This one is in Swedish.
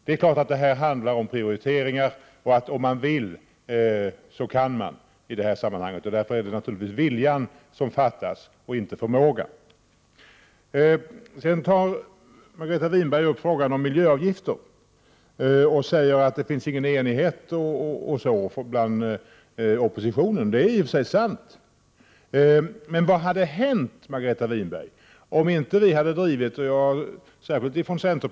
Det är klart att det här handlar om prioriteringar, och om man vill så kan man i det här sammanhanget. Därför är det naturligtvis viljan som fattas och inte förmågan. Sedan tar Margareta Winberg upp frågan om miljöavgifter och säger att det inte finns någon enighet bland oppositionen. Det är i och för sig sant. Men vad hade hänt, Margareta Winberg, om vi inte under lång tid hade drivit de här frågorna, särskilt från centern?